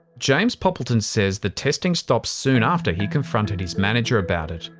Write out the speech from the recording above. james poppleton says the testing stopped soon after he confronted his manager about it.